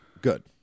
good